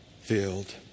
field